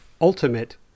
Ultimate